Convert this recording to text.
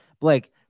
Blake